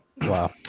Wow